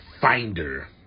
finder